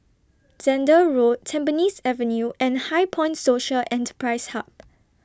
Zehnder Road Tampines Avenue and HighPoint Social Enterprise Hub